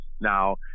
now